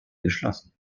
geschlossen